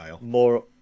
more